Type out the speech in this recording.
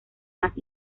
más